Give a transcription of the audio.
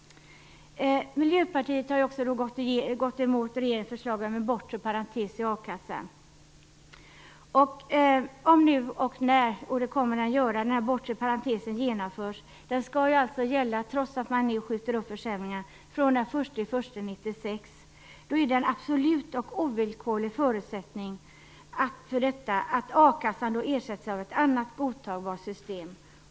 Miljöpartiet har också gått emot regeringens förslag om en bortre parentes i a-kassan. Om och när den bortre parentesen genomförs - trots att man skjuter upp försämringarna skall den ju gälla från den 1 januari 1997 - är det en absolut och ovillkorlig förutsättning att a-kassan ersätts av ett annat godtagbart system.